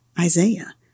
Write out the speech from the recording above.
Isaiah